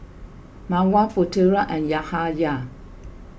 Mawar Putera and Yahaya